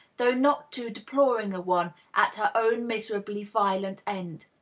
though not too deploring a one, at her own miserably violent end.